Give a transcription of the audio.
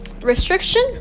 restriction